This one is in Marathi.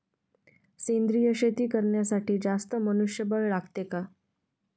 सेंद्रिय शेती करण्यासाठी जास्त मनुष्यबळ लागते का?